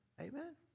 Amen